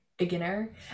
beginner